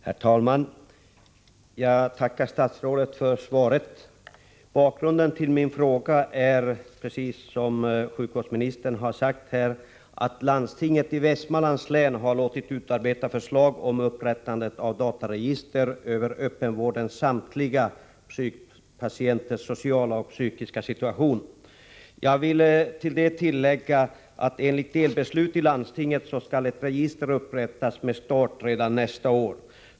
Herr talman! Jag tackar statsrådet för svaret. Bakgrunden till min fråga är att, precis som sjukvårdsministern nyss har sagt, landstinget i Västmanlands län låtit utarbeta förslag om upprättande av dataregister över öppenvårdens samtliga psykpatienters sociala och psykiska situation. Jag vill i detta sammanhang framhålla följande. Enligt delbeslut i landstinget skall ett register upprättas, med start redan nästa år.